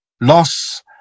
Loss